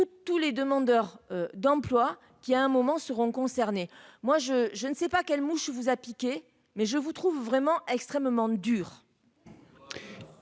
tous les demandeurs d'emploi qui à un moment seront concernés, moi je, je ne sais pas quelle mouche vous a piqué, mais je vous trouve vraiment extrêmement dur.